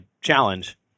challenge